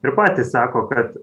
ir patys sako kad